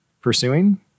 pursuing